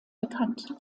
bekannt